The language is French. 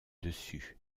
dessus